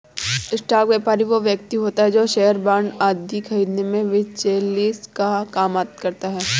stock व्यापारी वो व्यक्ति होता है जो शेयर बांड आदि खरीदने में बिचौलिए का काम करता है